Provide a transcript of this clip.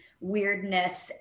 weirdness